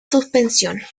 suspensión